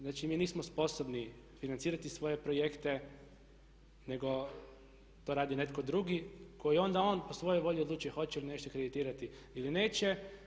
Znači, mi nismo sposobni financirati svoje projekte nego to radi netko drugi koji onda on po svojoj volji odlučuje hoće li nešto kreditirati ili neće.